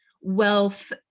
wealth